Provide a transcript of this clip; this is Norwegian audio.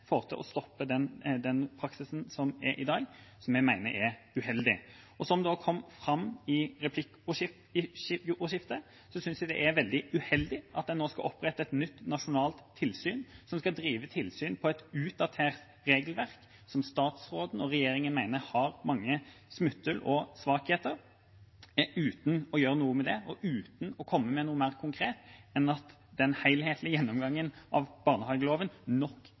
å stoppe den praksisen som er i dag, som vi mener er uheldig. Og som det kom fram i replikkordskiftet, synes jeg det er veldig uheldig at man nå skal opprette et nytt nasjonalt tilsyn som skal drive tilsyn ut fra et utdatert regelverk som statsråden og regjeringa mener har mange smutthull og svakheter, uten å gjøre noe med det og uten å komme med noe mer konkret enn at den helhetlige gjennomgangen av barnehageloven nok